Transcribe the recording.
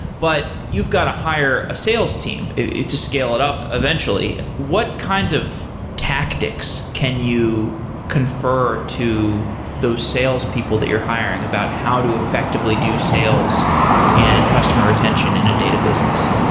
but you've got to hire a sales team to scale it up eventually. what kinds of tactics can you confer to those sales people that you're hiring about how to effectively do sales and customer retention in a data business?